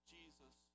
Jesus